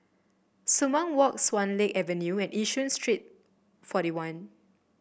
Sumang Walk Swan Lake Avenue and Yishun Street Forty one